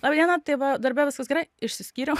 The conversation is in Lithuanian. laba diena tai va darbe viskas gerai išsiskyriau